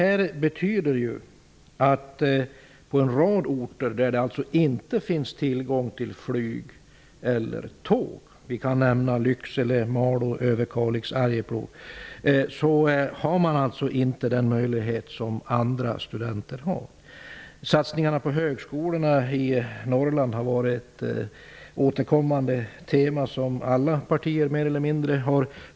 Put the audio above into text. Det betyder att på en rad orter där det inte finns tillgång till flyg eller tåg, t.ex. Lycksele, Malå, Överkalix och Arjeplog, har man inte den möjlighet som andra studenter har. Satsningarna på högskolorna i Norrland har varit åkerkommande teman som alla partier har drivit mer eller mindre.